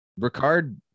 ricard